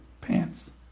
pants